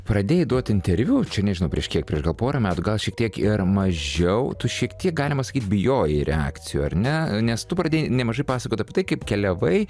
pradėjai duoti interviu čia nežinau prieš kiek prieš gal porą metų gal šiek tiek ir mažiau tu šiek kiek galima sakyti bijojai reakcijų ar ne nes tu pradėjai nemažai pasakot apie tai kaip keliavai